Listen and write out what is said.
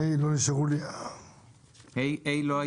על סעיף 49ה לא היו